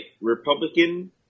Republican